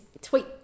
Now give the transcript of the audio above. tweet